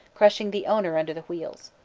crushing the owner under the wheels.